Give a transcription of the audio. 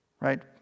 right